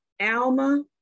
Alma